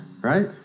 right